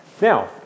Now